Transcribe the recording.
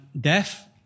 death